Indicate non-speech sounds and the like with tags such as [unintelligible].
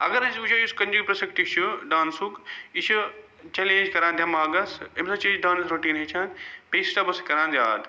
اگر أسۍ وُچھو یُس [unintelligible] چھُ ڈانسُک یہِ چھُ چلینٛج کَران دماغس اَمہِ سۭتۍ چھِ أسۍ ڈانٕس روٹیٖں ہیٚچھان بیٚیہِ سِٹیٚپٕس تہٕ کَران یاد